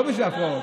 לא בגלל ההפרעות.